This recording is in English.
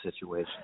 situation